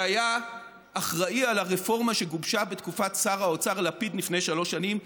שהיה אחראי לרפורמה שגובשה בתקופת שר האוצר לפיד לפני שלוש שנים.